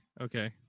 okay